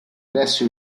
presso